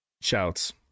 shouts